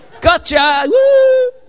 Gotcha